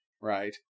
Right